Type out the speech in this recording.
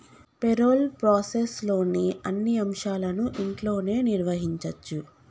payroll ప్రాసెస్లోని అన్ని అంశాలను ఇంట్లోనే నిర్వహించచ్చు